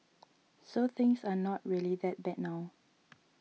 so things are not really that bad now